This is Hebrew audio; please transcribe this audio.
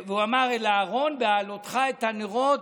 והוא אמר אל אהרון: "בהעלתך את הנרות,